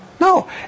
No